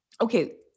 okay